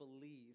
believe